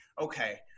Okay